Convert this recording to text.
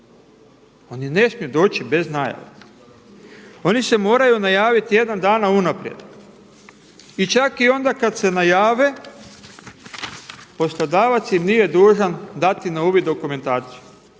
Oni ne smiju doći bez najave. Oni se moraju javiti tjedan dana unaprijed i čak i onda kada se najave poslodavac im nije dužan dati na uvid dokumentaciju.